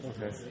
Okay